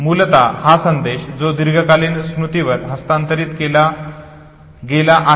मूलतः हा संदेश जो दीर्घकालीन स्मृतीवर हस्तांतरित केला गेला आहे